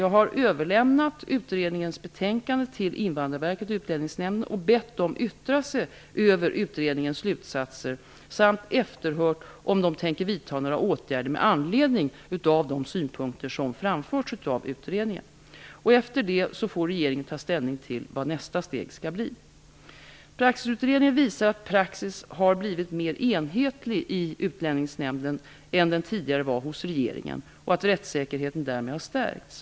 Jag har överlämnat utredningens betänkande till Invandrarverket och Utlänningsnämnden och bett dem yttra sig över utredningens slutsatser samt efterhört om de tänker vidta några åtgärder med anledning av de synpunkter som har framförts av utredningen. Efter detta får regeringen ta ställning till vad nästa steg skall bli. Praxisutredningen visar att praxis har blivit mer enhetlig i Utlänningsnämnden än den tidigare var hos regeringen och att rättssäkerheten därmed har stärkts.